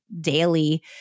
daily